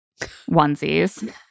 onesies